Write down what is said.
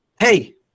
Hey